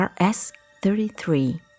RS-33